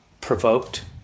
provoked